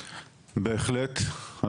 בהחלט.